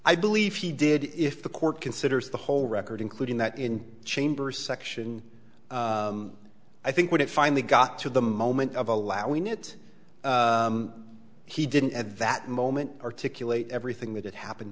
i believe he did if the court considers the whole record including that in chambers section i think when it finally got to the moment of allowing it he didn't at that moment articulate everything that had happened